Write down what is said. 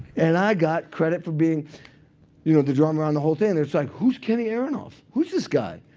and i got credit for being you know the drummer on the whole thing. and it's like, who's kenny aronoff? who's this guy?